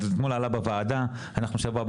אתמול זה עלה בדיון בוועדה ושבוע הבא